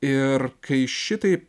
ir kai šitaip